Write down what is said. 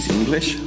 English